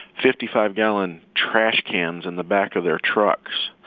fifty five gallon trash cans in the back of their trucks.